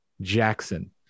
Jackson